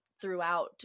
throughout